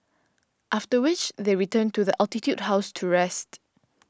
after which they return to the Altitude House to rest